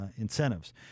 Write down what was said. incentives